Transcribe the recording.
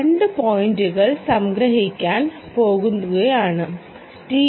രണ്ട് പോയിന്റുകൾ സംഗ്രഹിക്കാൻ പോകുകയാണ് ടി